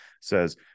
says